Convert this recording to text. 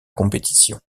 compétition